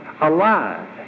alive